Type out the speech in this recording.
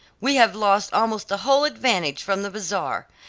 we have lost almost the whole advantage from the bazaar!